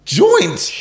joint